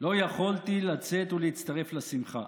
"לא יכולתי לצאת ולהצטרף לשמחה.